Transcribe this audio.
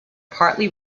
partly